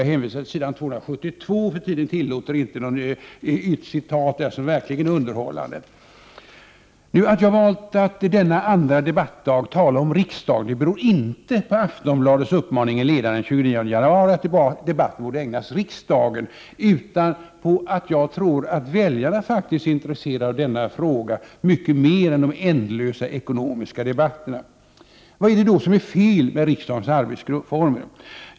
Jag hänvisar till sidan 272, för tiden tillåter inte ett citat som verkligen är underhållande. Att jag valt att denna andra debattdag tala om riksdagen beror inte på Aftonbladets uppmaning i en ledare den 29 januari att debatten borde ägnas riksdagen utan på att jag tror att väljarna faktiskt är mycket mer intresserade av denna fråga än om de ändlösa ekonomiska debatterna. Vad är det då som är fel med riksdagens arbetsformer?